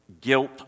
guilt